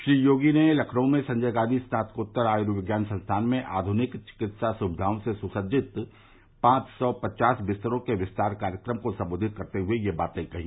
श्री योगी लखनऊ में संजय गांधी स्नातकोत्तर आयर्विज्ञान संस्थान में आधनिक चिंकित्सा सुविधाओं से सुसज्जित पांच सौ पचास बिस्तरों के विस्तार कार्यक्रम को सम्बोधित करते हुए से बाते कही